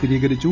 സ്ഥിരീകരിച്ചു